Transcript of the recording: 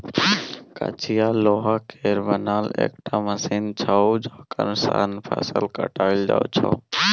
कचिया लोहा केर बनल एकटा मशीन छै जकरा सँ फसल काटल जाइ छै